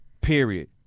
Period